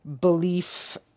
Belief